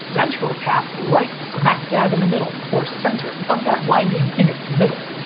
central tap right smack dab in the middle, or center, of that winding in its middle.